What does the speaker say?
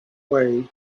way